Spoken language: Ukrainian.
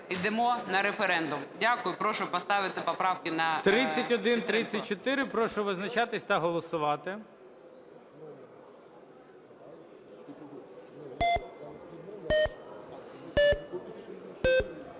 ідемо на референдум. Дякую. І прошу поставити поправки на